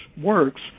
works